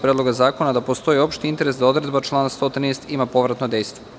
Predloga zakona, da postoji opšti interes da odredba člana 113. ima povratno dejstvo.